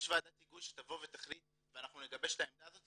יש ועדת היגוי שתבוא ותחליט ואנחנו נגבש את העמדה הזאת,